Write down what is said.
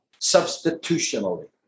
substitutionally